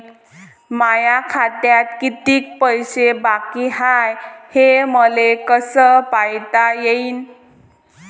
माया खात्यात कितीक पैसे बाकी हाय हे मले कस पायता येईन?